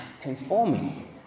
conforming